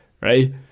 right